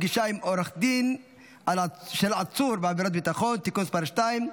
(פגישה עם עורך דין של עצור בעבירת ביטחון) (תיקון מס' 2),